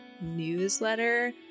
newsletter